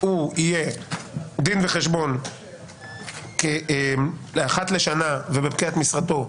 דין וחשבון אחת לשנה ובפקיעת משרתו,